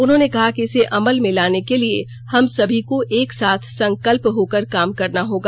उन्होंने कहा कि इसे अमल में लाने के लिए हम सभी को एकसाथ संकल्पबद्ध होकर काम करना होगा